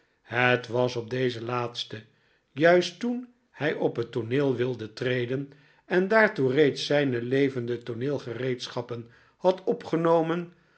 het was op dezen laatsten juist toen hij op het tooneel wilde treden en daartoe reeds zijne levende tooneelgereedschappen had opgenomen